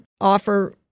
offer